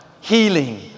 Healing